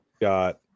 got